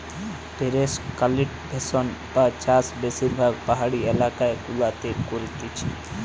terrace cultivation বা চাষ বেশিরভাগ পাহাড়ি এলাকা গুলাতে করতিছে